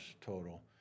total